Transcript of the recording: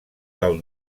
del